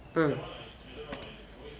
mm